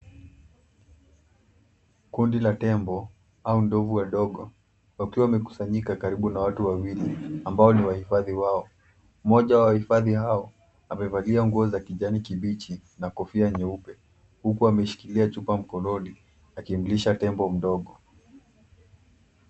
Kundi la tembo au ndovu wadogo wakiwa wamekusanyika karibu na watu wawili ambao ni wahifadhi wao. Mmoja wa wahifadhi hao amevalia nguo za kijani kibichi na kofia nyeupe huku ameshikilia chupa mkononi akimlisha tembo mdogo.